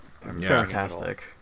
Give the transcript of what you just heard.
Fantastic